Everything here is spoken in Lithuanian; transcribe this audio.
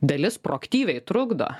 dalis proaktyviai trukdo